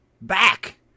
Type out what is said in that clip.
back